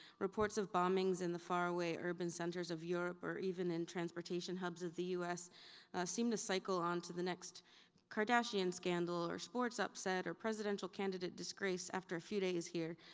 reports of bombings in the faraway urban centers of europe, or even in transportation hubs of the us seem to cycle onto the next kardashian scandal or sports upset or presidential candidate disgrace after a few days here.